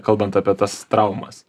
kalbant apie tas traumas